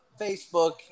Facebook